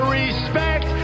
respect